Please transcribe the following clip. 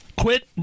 Quit